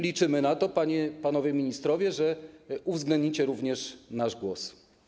Liczymy na to, panowie ministrowie, że uwzględnicie również nasz głos.